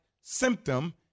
symptom